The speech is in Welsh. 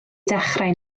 dechrau